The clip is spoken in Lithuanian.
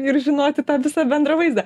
ir žinoti tą visą bendrą vaizdą